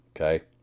okay